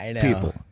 people